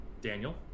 Daniel